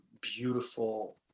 beautiful